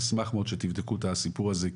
אני אשמח מאוד שתבדקו את הסיפור הזה,